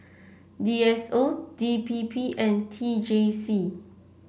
D S O D P P and T J C